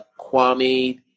Kwame